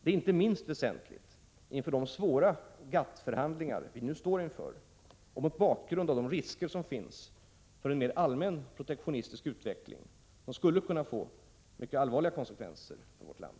Det är inte minst väsentligt inför de svåra GATT-förhandlingar vi nu står inför och mot bakgrund av de risker som finns för en mer allmän protektionistisk utveckling som skulle få mycket allvarliga konsekvenser för vårt land.